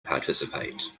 participate